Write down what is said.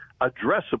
addressable